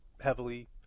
heavily